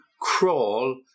crawl